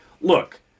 look